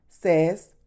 says